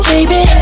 Baby